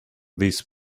these